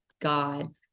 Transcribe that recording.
god